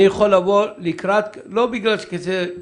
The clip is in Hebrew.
אני יכול לבוא לקראת לא כדי להתמסחר